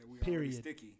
period